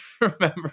remember